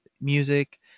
music